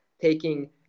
taking